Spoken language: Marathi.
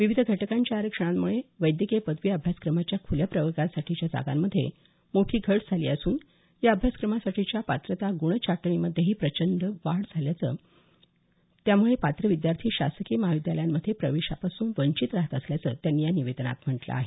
विविध घटकांच्या आरक्षणांमुळे वैद्यकीय पदवी अभ्यासक्रमाच्या खुल्या प्रवर्गासाठीच्या जागांमध्ये यावर्षी मोठी घट झाली असून या अभ्यासक्रमासाठीच्या पात्रता गुण छाटणीमध्येही प्रचंड वाढ झाली आहे त्यामुळे पात्र विद्यार्थी शासकीय महाविद्यालयांमध्ये प्रवेशापासून वंचित राहत असल्याचं त्यांनी या निवेदनात म्हटलं आहे